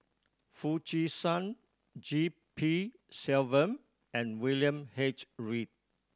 Foo Chee San G P Selvam and William H Read